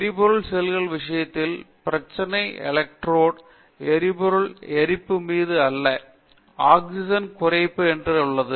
எரிபொருள் செல்கள் விஷயத்தில் பிரச்சனை எலக்ட்ரோடு எரிபொருள் எரிப்பு மீது அல்ல ஆக்ஸிஜன் குறைப்பு என்று உள்ளது